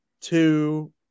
Two